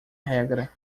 regra